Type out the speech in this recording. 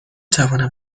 توانم